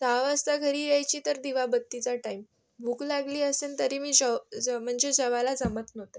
सहा वाजता घरी यायची तर दिवाबत्तीचा टाईम भूक लागली असेल तरी मी जेव जेव म्हणजे जेवायला जमत नव्हते